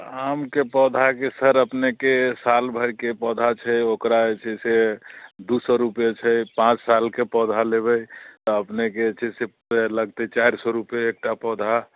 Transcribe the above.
आमके पौधाके सर अपनेके साल भरिके पौधा छै ओकरा जे छै से दू सए रुपये छै पाँच सालके पौधा लेबै तऽ अपनेके जे छै से लगतै चारि सए रुपये एकटा पौधा